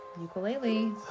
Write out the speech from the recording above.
Ukulele